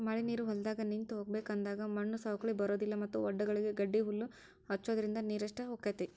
ಮಳಿನೇರು ಹೊಲದಾಗ ನಿಂತ ಹೋಗಬೇಕ ಅಂದಾಗ ಮಣ್ಣು ಸೌಕ್ಳಿ ಬರುದಿಲ್ಲಾ ಮತ್ತ ವಡ್ಡಗಳಿಗೆ ಗಡ್ಡಿಹಲ್ಲು ಹಚ್ಚುದ್ರಿಂದ ನೇರಷ್ಟ ಹೊಕೈತಿ